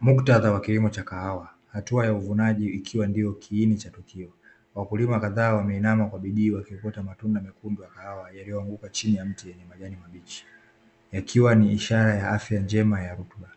Muktadha wa kilimo cha kahawa, hatua ya uvunaji ikiwa ndio kiini cha tukio. Wakulima kadhaa wameinama kwa bidii wakiokota matunda mekundu ya kahawa yaliyoanguka chini ya miti yenye majani mabichi, yakiwa ni ishara ya afya njema ya rutuba.